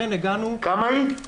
כמה היא?